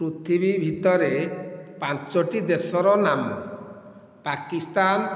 ପୃଥିବୀ ଭିତରେ ପାଞ୍ଚଟି ଦେଶର ନାମ ପାକିସ୍ତାନ